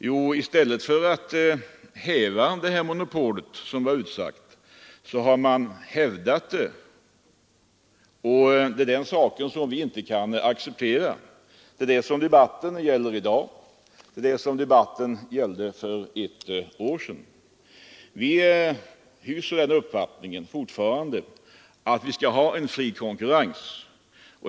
Jo, i stället för att häva monopolet, som det var utsagt, så har man hävdat det, och det är den saken som vi inte kan acceptera. Det är detta som debatten i dag gäller, och det är också vad debatten gällde för ett år sedan. Vi hyser fortfarande den uppfattningen att det skall råda en fri konkurrens.